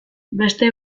beste